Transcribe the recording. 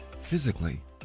physically